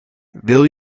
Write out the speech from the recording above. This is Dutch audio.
wil